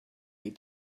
eat